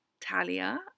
Talia